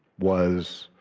was,